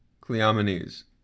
Cleomenes